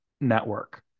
network